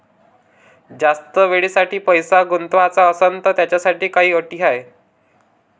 जास्त वेळेसाठी पैसा गुंतवाचा असनं त त्याच्यासाठी काही अटी हाय?